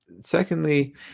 secondly